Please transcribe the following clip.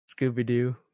Scooby-Doo